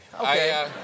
Okay